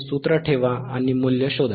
सूत्र ठेवा आणि मूल्ये शोधा